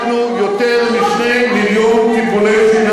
הענקנו יותר מ-2 מיליון טיפולי שיניים